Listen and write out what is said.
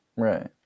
right